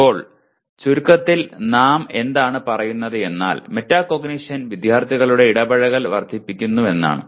ഇപ്പോൾ ചുരുക്കത്തിൽ നാം എന്താണ് പറയുന്നത് എന്നാൽ മെറ്റാകോഗ്നിഷൻ വിദ്യാർത്ഥികളുടെ ഇടപഴകൽ വർദ്ധിപ്പിക്കുമെന്നാണ്